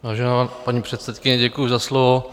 Vážená paní předsedkyně, děkuji za slovo.